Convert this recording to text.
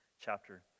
chapter